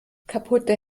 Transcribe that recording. kaputte